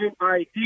ID